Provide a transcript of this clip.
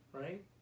Right